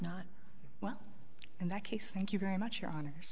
not well in that case thank you very much your hono